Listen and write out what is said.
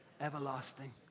everlasting